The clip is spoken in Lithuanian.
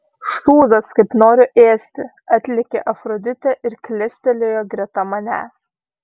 šūdas kaip noriu ėsti atlėkė afroditė ir klestelėjo greta manęs